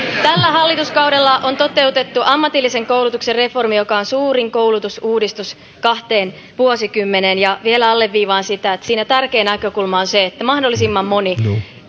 tällä hallituskaudella on toteutettu ammatillisen koulutuksen reformi joka on suurin koulutusuudistus kahteen vuosikymmeneen ja vielä alleviivaan sitä että siinä tärkein näkökulma on se että mahdollisimman moni